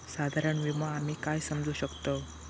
साधारण विमो आम्ही काय समजू शकतव?